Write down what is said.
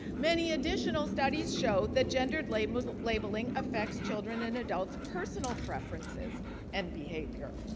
many additional studies show that gendered labeling labeling affects children and adults' personal preferences and behavior.